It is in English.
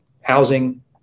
housing